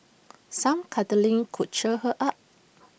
some cuddling could cheer her up